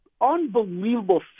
unbelievable